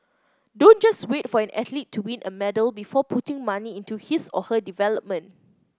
don't just wait for an athlete to win a medal before putting money into his or her development